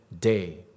day